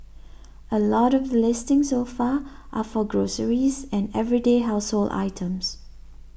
a lot of the listings so far are for groceries and everyday household items